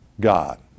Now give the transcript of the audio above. God